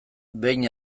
behin